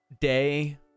day